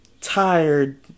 tired